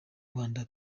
rwanda